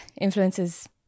influences